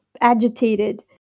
agitated